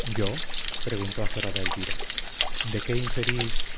yo preguntó azorada elvira de qué inferís